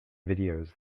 videos